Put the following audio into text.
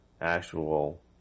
actual